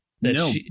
No